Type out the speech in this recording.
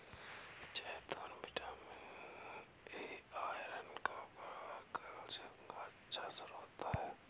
जैतून vitamin E, iron, copper और calcium का अच्छा स्रोत हैं